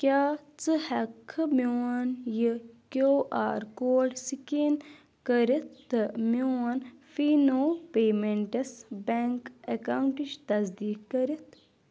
کیٛاہ ژٕ ہیٚکھہٕ میون یہِ کیو آر کوڈ سکین کٔرِتھ تہٕ میون فینو پیمیٚنٛٹٕس بیٚنٛک اکاونٹٕچ تصدیق کٔرِتھ